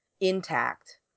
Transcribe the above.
intact